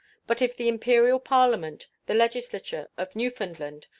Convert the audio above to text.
but if the imperial parliament, the legislature of newfoundland,